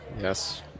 Yes